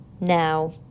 now